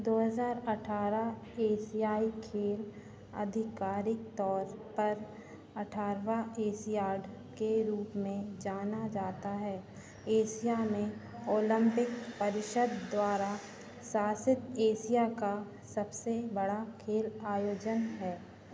दो हज़ार अठारह एशियाई खेल आधिकारिक तौर पर अठारह एशियाड के रूप में जाना जाता है एशिया में ओलम्पिक परिषद् द्वारा शासित एशिया का सबसे बड़ा खेल आयोजन है